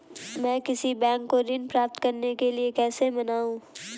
मैं किसी बैंक को ऋण प्राप्त करने के लिए कैसे मनाऊं?